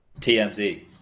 TMZ